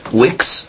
wicks